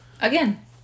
again